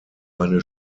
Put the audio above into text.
eine